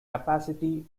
capacity